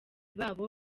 babo